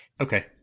Okay